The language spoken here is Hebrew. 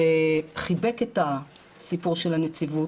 שחיבק את הסיפור של הנציבות,